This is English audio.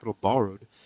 borrowed